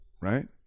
right